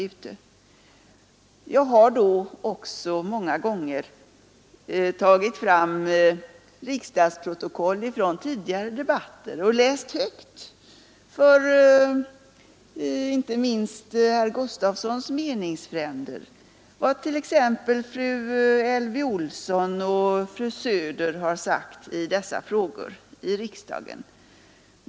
Då har jag också många gånger tagit fram riksdagsprotokoll från tidigare debatter och läst högt — inte minst för att övertyga herr Gustavssons meningsfränder — vad t.ex. fru Elvy Olsson och fru Söder har sagt om dessa frågor i riksdagen.